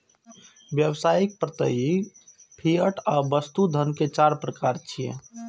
व्यावसायिक, प्रत्ययी, फिएट आ वस्तु धन के चार प्रकार छियै